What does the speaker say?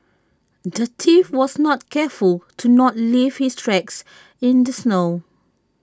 the thief was not careful to not leave his tracks in the snow